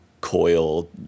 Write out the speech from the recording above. coil